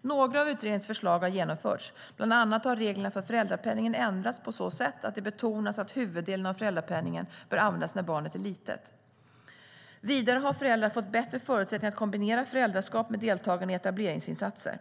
Några av utredningens förslag har genomförts. Bland annat har reglerna för föräldrapenningen ändrats på så sätt att det betonas att huvuddelen av föräldrapenningen bör användas när barnet är litet. Vidare har föräldrar fått bättre förutsättningar att kombinera föräldraskap med deltagande i etableringsinsatser.